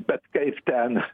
bet kaip ten